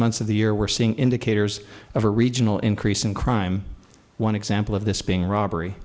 months of the year we're seeing indicators of a regional increase in crime one example of this being robbery